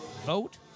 vote